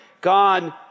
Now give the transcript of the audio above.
God